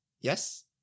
Yes